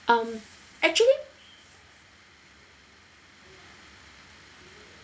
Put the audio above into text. um actually